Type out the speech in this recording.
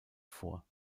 vor